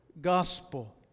gospel